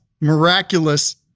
miraculous